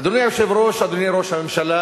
אדוני היושב-ראש, אדוני ראש הממשלה,